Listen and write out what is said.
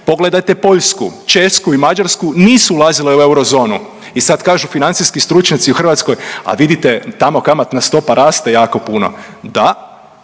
Pogledajte Poljsku, Češku i Mađarsku, nisu ulazile u eurozonu i sad kažu financijski stručnjaci u Hrvatskoj, a vidite tamo kamatna stopa raste jako puno, da,